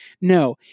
no